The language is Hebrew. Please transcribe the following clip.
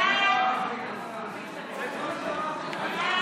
ההצעה להעביר את הצעת חוק מס ערך מוסף (תיקון,